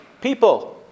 people